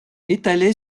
étalé